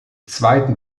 zweiten